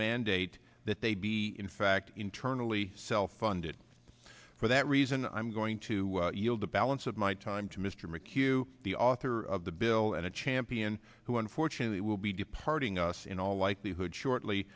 mandate that they be in fact internally self funded for that reason i'm going to yield the balance of my time to mr mchugh the author of the bill and a champion who unfortunately will be departing us in all likelihood shortly